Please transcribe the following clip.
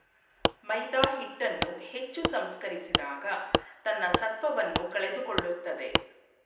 ಮೈದಾಹಿಟ್ಟನ್ನು ಹೆಚ್ಚು ಸಂಸ್ಕರಿಸಿದಾಗ ತನ್ನ ಸತ್ವವನ್ನು ಕಳೆದುಕೊಳ್ಳುತ್ತದೆ